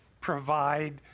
provide